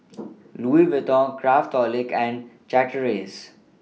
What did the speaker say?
Louis Vuitton Craftholic and Chateraise